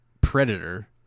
Predator